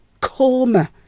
coma